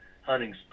hunting